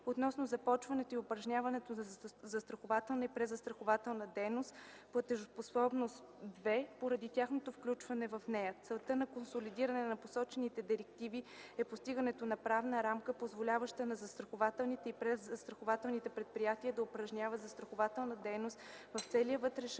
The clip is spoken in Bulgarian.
относно започването и упражняването на застрахователна и презастрахователна дейност (Платежоспособност II) поради тяхното включване в нея. Целта на консолидиране на посочените директиви е постигането на правна рамка, позволяваща на застрахователните и презастрахователните предприятия да упражняват застрахователна дейност в целия вътрешен